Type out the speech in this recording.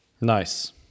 Nice